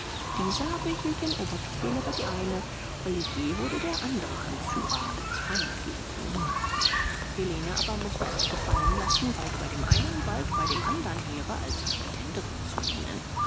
dieser behielt den oberbefehl über die eine olivier wurde der andere anführer als feind gegen cugny helene aber mußte sich gefallen lassen bald bei dem einen bald bei dem andern heere als marketenderin zu dienen